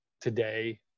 today